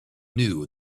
knew